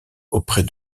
auprès